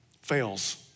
fails